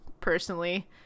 personally